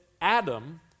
Adam